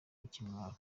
ikimwaro